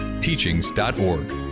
teachings.org